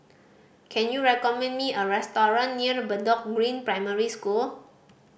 can you recommend me a restaurant near Bedok Green Primary School